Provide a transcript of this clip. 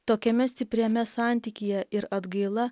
tokiame stipriame santykyje ir atgaila